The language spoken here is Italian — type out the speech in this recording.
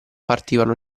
partivano